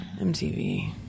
mtv